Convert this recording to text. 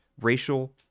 racial